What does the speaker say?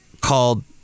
called